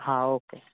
હા ઓકે